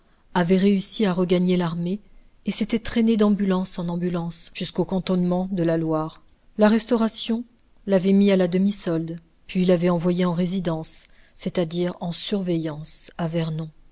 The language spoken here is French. avait réussi à regagner l'armée et s'était traîné d'ambulance en ambulance jusqu'aux cantonnements de la loire la restauration l'avait mis à la demi-solde puis l'avait envoyé en résidence c'est-à-dire en surveillance à vernon